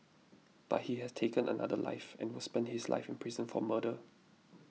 but he has taken another life and will spend his life in prison for murder